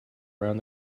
around